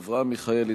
אברהם מיכאלי,